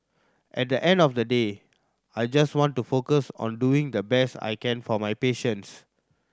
at the end of the day I just want to focus on doing the best I can for my patients